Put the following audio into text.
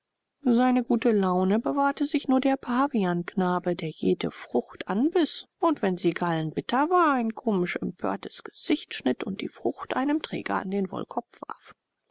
seine gute laune bewahrte sich nur der pavianknabe der jede frucht anbiß und wenn sie gallenbitter war ein komisch empörtes gesicht schnitt und die frucht einem träger an den wollkopf warf